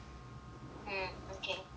mm okay what course